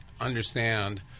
understand